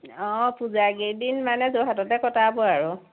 অঁ পূজাৰ কেইদিন মানে যোৰহাটতে কটাব আৰু